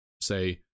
say